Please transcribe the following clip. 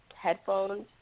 headphones